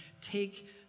take